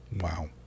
Wow